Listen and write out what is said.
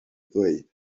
ddweud